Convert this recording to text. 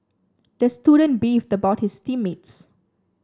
the student beefed about his team mates